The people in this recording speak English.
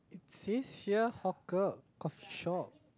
says here hawker coffee shop